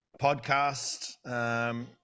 podcast